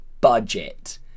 budget